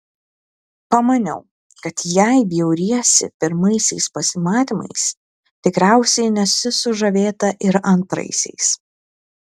pamaniau kad jei bjauriesi pirmaisiais pasimatymais tikriausiai nesi sužavėta ir antraisiais